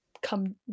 come